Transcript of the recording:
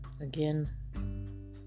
again